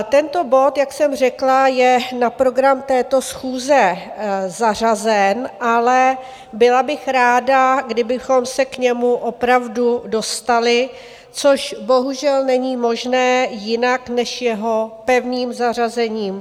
Tento bod, jak jsem řekla, je na program této schůze zařazen, ale byla bych ráda, kdybychom se k němu opravdu dostali, což bohužel není možné jinak než jeho pevným zařazením.